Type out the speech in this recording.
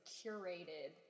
curated